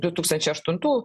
du tūkstančiai aštuntų